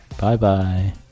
Bye-bye